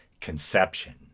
conception